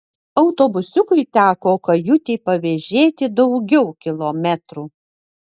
autobusiukui teko kajutį pavėžėti daugiau kilometrų